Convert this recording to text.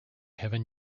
heaven